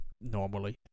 normally